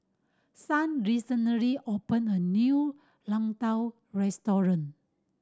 Son recently opened a new restaurant